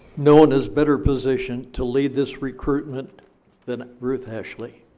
no one is better positioned to lead this recruitment than ruth ashley.